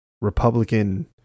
Republican